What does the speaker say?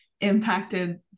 impacted